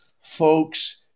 folks